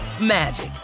magic